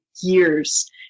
years